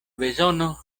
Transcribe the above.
bezono